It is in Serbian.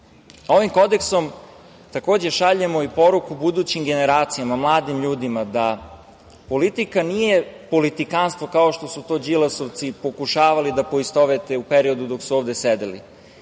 kodeksom, takođe, šaljemo poruku budućim generacijama, mladim ljudima, da politika nije politikanstvo, kao što su to Đilasovci pokušavali da poistovete u periodu dok su ovde sedeli,